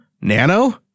nano